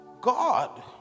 God